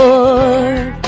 Lord